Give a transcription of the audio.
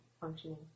functioning